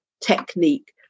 technique